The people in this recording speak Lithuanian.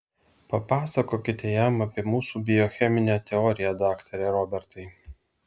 papasakokite jam apie mūsų biocheminę teoriją daktare robertai